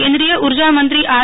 કેન્દ્રિય ઊર્જા મંત્રી આર